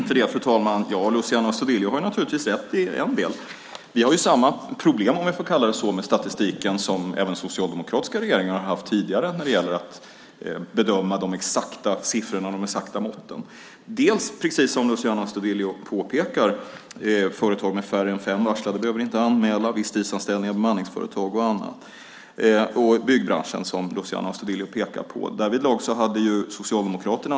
Fru talman! Luciano Astudillo har naturligtvis rätt i en del. Vi har ju samma problem, om jag får kalla det så, med statistiken som socialdemokratiska regeringar har haft tidigare när det gäller att bedöma de exakta siffrorna och de exakta måtten. Precis som Luciano Astudillo påpekar behöver inte företag anmäla om det är färre än fem varslade - visstidsanställningar i bemanningsföretag och annat. Luciano Astudillo pekar också på byggbranschen.